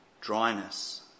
dryness